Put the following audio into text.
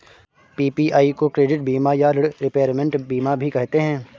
PPI को credit बीमा या ॠण रिपेयरमेंट बीमा भी कहते हैं